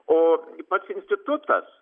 o pats institutas